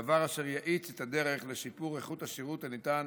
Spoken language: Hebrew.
דבר אשר יאיץ את הדרך לשיפור איכות השירות הניתן